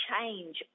change